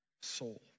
soul